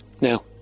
now